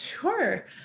Sure